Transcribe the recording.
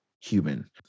human